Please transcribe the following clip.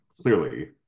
clearly